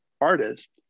artist